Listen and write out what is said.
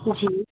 जी